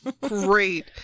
Great